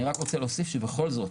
אני רק רוצה להוסיף שבכל זאת,